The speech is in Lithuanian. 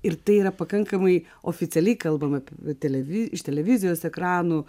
ir tai yra pakankamai oficialiai kalbama apie televi iš televizijos ekranų